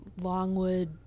longwood